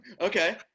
Okay